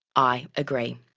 i agree.